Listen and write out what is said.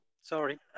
Sorry